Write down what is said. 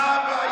מה הבעיה?